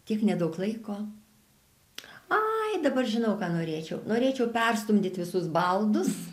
tiek nedaug laiko ai dabar žinau ką norėčiau norėčiau perstumdyt visus baldus